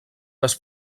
les